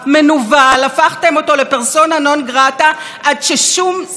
עד ששום שר מהליכוד כבר לא היה יכול